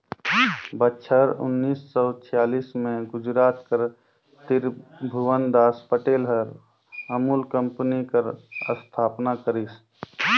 बछर उन्नीस सव छियालीस में गुजरात कर तिरभुवनदास पटेल हर अमूल कंपनी कर अस्थापना करिस